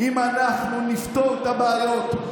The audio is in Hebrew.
אם אנחנו נפתור את הבעיות,